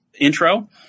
intro